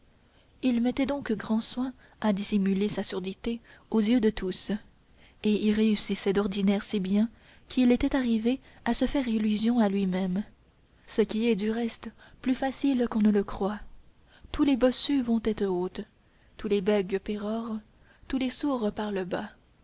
il mettait donc grand soin à dissimuler sa surdité aux yeux de tous et il y réussissait d'ordinaire si bien qu'il était arrivé à se faire illusion à lui-même ce qui est du reste plus facile qu'on ne le croit tous les bossus vont tête haute tous les bègues pérorent tous les sourds parlent bas